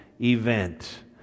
event